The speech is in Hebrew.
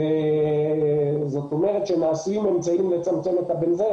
אם נעשים אמצעים לצמצם את ה-בנזן,